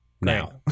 now